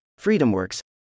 FreedomWorks